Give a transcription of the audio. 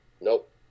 nope